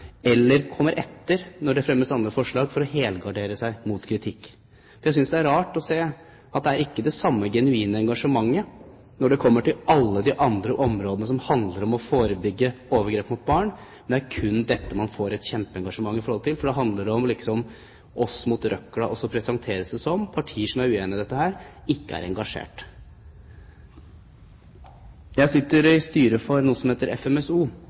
eller de kommer etter når det fremmes andre forslag, for å helgardere seg mot kritikk. Jeg synes det er rart å se at det ikke er det samme genuine engasjementet når det kommer til alle de andre områdene som handler om å forebygge overgrep mot barn – det er kun dette man får et kjempeengasjement for. Det handler på en måte om «oss mot røkla», og så presenteres det som om partier som er uenig i dette, ikke er engasjert. Jeg sitter i styret for noe som heter FMSO,